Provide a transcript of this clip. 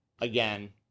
Again